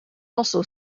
also